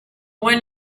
one